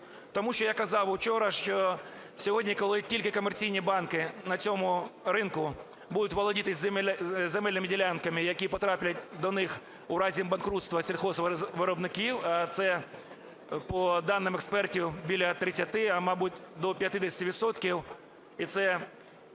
Тому що я казав учора, що сьогодні, коли тільки комерційні банки на цьому ринку будуть володіти земельними ділянками, які потраплять до них у разі банкрутства сільгоспвиробників, а це по даним експертів біля 30, а, мабуть, і до